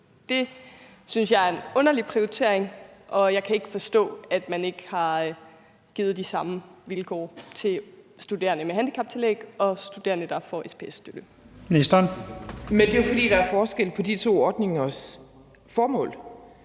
Det synes jeg er en underlig prioritering, og jeg kan ikke forstå, at man ikke har givet de samme vilkår til studerende med handicaptillæg og studerende, der får SPS-støtte. Kl. 18:00 Første næstformand (Leif Lahn Jensen):